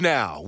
Now